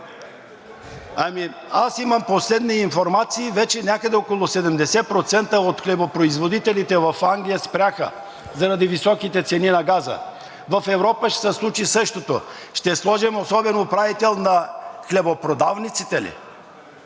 Аз имам последна информация – вече някъде около 70% от хлебопроизводителите в Англия спряха заради високите цени на газа. В Европа ще се случи същото. Ще сложим особен управител на хлебопродавниците ли?